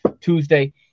Tuesday